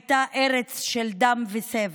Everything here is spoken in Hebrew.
הייתה ארץ של דם וסבל,